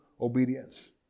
obedience